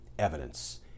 evidence